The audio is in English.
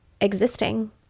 existing